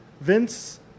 Vince